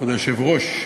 כבוד היושב-ראש,